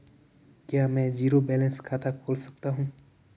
क्या मैं zero balance खाता खोल सकता हूँ?